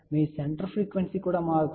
మీ centre frequency కూడా మారుతోంది